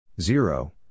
Zero